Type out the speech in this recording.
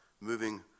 moving